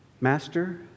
Master